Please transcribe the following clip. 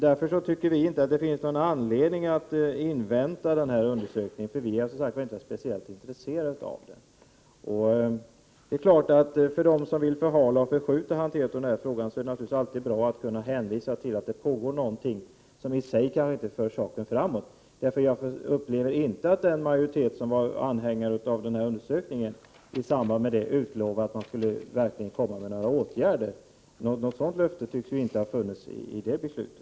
Därför tycker vi inte att det finns någon anledning att invänta den undersökningen. Vi är som sagt inte speciellt intresserade av den. För dem som vill förhala och förskjuta handläggningen av den här frågan är det naturligtvis alltid bra att kunna hänvisa till att det pågår någonting, som kanske i sig inte för saken framåt — den majoritet som var anhängare av förslaget om den här undersökningen utlovade ju inte i samband med det att man verkligen skulle föreslå några åtgärder. Något sådant löfte tycks inte det beslutet ha inneburit.